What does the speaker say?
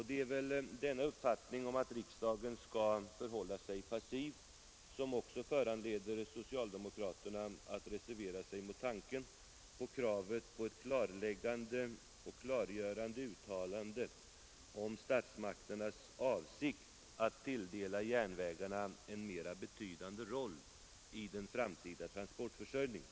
Det är väl också uppfattningen att riksdagen skall förhålla sig passiv som föranleder socialdemokraterna att reservera sig mot kravet på ett klargörande uttalande om statsmakternas avsikt att tilldela järnvägarna en mera betydande roll i den framtida transportförsörjningen.